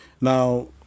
now